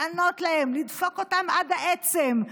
לענות אותן, לדפוק אותן עד העצם,